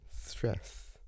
stress